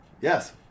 yes